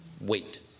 Wait